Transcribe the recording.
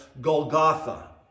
Golgotha